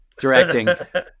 Directing